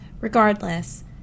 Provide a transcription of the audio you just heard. Regardless